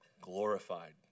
glorified